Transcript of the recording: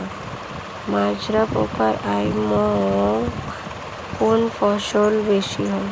মাজরা পোকার আক্রমণ কোন ফসলে বেশি হয়?